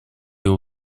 его